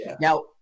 Now